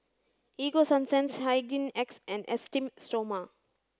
Ego Sunsense Hygin X and Esteem stoma